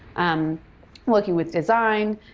um working with design,